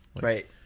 Right